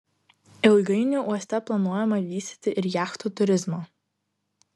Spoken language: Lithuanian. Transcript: ilgainiui uoste planuojama vystyti ir jachtų turizmą